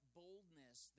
boldness